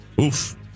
Oof